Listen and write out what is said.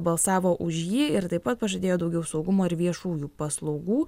balsavo už jį ir taip pat pažadėjo daugiau saugumo ir viešųjų paslaugų